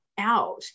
Out